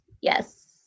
Yes